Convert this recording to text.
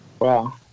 Wow